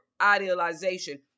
idealization